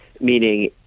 meaning